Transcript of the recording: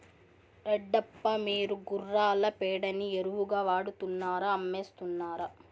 రెడ్డప్ప, మీరు గుర్రాల పేడని ఎరువుగా వాడుతున్నారా అమ్మేస్తున్నారా